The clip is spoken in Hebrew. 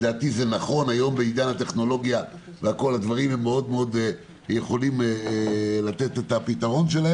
היום בעידן הטכנולוגיה זה יכול לתת פתרון.